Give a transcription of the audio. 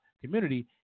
community